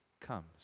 comes